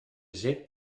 zit